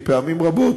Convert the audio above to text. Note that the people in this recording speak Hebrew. פעמים רבות,